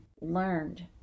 learned